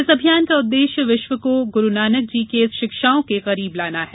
इस अभियान का उददेश्य विश्व को ग्रूनानक की शिक्षाओं के करीब लाना है